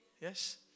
Yes